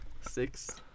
Six